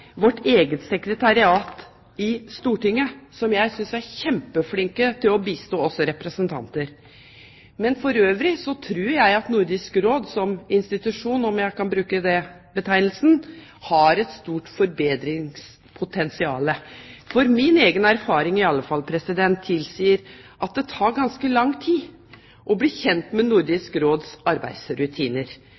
vårt eget sekretariat i Stortinget, som jeg synes er kjempeflinke til å bistå oss representanter. For øvrig tror jeg at Nordisk Råd som institusjon – om jeg kan bruke den betegnelsen – har et stort forbedringspotensial, for min egen erfaring, i alle fall, tilsier at det tar ganske lang tid å bli kjent med Nordisk Råds arbeidsrutiner,